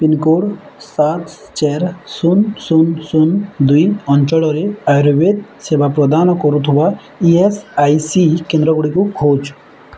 pincode ସାତ ଚାରି ଶୂନ ଶୂନ ଶୂନ ଦୁଇ ଅଞ୍ଚଳରେ ଆୟୁର୍ବେଦ ସେବା ପ୍ରଦାନ କରୁଥିବା ଇ ଏସ୍ ଆଇ ସି କେନ୍ଦ୍ର ଗୁଡ଼ିକୁ ଖୋଜ